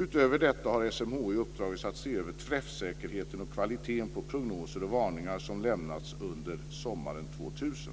Utöver detta har SMHI uppdragits att se över träffsäkerheten och kvaliteten på prognoser och varningar som lämnades under sommaren 2000.